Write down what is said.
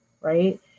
right